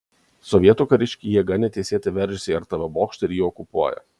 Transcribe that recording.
sovietų kariškiai jėga neteisėtai veržiasi į rtv bokštą ir jį okupuoja